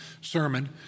sermon